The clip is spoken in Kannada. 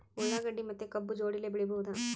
ಉಳ್ಳಾಗಡ್ಡಿ ಮತ್ತೆ ಕಬ್ಬು ಜೋಡಿಲೆ ಬೆಳಿ ಬಹುದಾ?